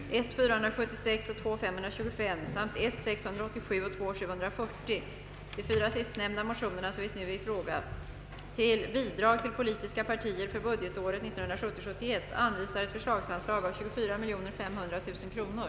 Herr talman! Jag yrkar bifall till utskottets hemställan. Kungl. Maj:t hade, såvitt nu vore i fråga, föreslagit riksdagen att till Bidrag till politiska partier för budgetåret 1970/71 anvisa ett förslagsanslag av 24500 000 kronor.